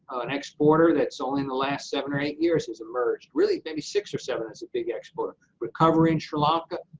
an exporter that's only in the last seven or eight years has emerged, really maybe six or seven as a big exporter. recovery in sri lanka,